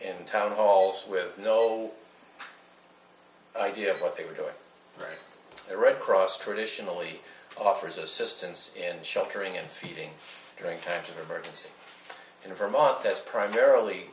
in town halls with no idea what they were doing the red cross traditionally offers assistance in sheltering and feeding during times of emergency in vermont that's primarily